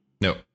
No